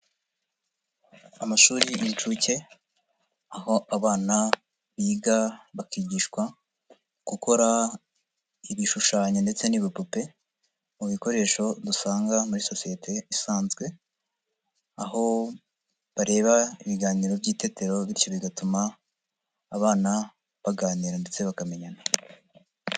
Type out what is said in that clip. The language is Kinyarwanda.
Amashuri y'inshuke, aho abana biga bakigishwa gukora ibishushanyo ndetse n'ibipupe, mu bikoresho dusanga muri sosiyete isanzwe, aho bareba ibiganiro by'itetero bityo bigatuma abana baganira ndetse bakamenyana.